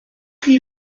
chi